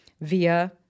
via